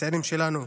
הצעירים שלנו,